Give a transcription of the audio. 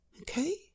Okay